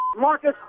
marcus